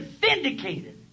vindicated